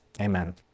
amen